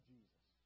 Jesus